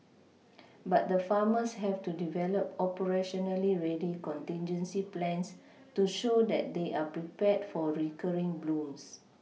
but the farmers have to develop operationally ready contingency plans to show that they are prepared for recurring blooms